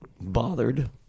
bothered